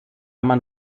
man